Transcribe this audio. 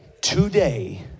today